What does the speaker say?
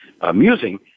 amusing